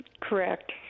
Correct